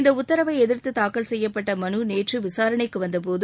இந்த உத்தரவை எதிர்த்து தாக்கல் செய்யப்பட்ட மனு நேற்று விசாரணைக்கு வந்தபோது